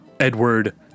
Edward